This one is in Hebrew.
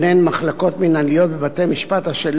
מחלקות מינהליות בבתי-משפט השלום,